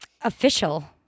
official